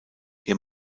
ihr